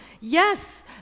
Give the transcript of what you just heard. yes